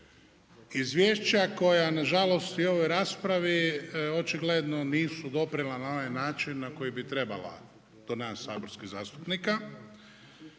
izvješća koja nažalost i u ovoj raspravi očigledno nisu doprela na onaj način na koji bi trebala do nas saborskih zastupnika.